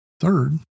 Third